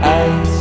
ice